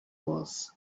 was